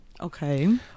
okay